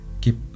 Keep